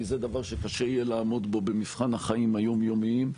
זה דבר שיהיה קשה לעמוד בו במבחן החיים היום יומיים,